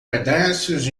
pedestres